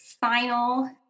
final